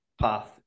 path